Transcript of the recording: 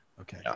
Okay